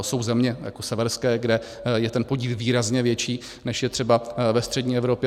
Jsou země, jako severské, kde je ten podíl výrazně větší, než je třeba ve střední Evropě.